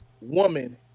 woman